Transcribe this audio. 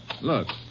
Look